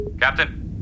Captain